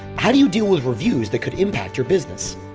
how do you deal with reviews that could impact your business?